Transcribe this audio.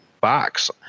box